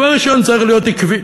דבר ראשון, צריך להיות עקבי.